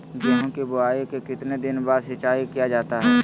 गेंहू की बोआई के कितने दिन बाद सिंचाई किया जाता है?